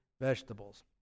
vegetables